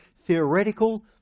theoretical